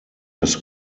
das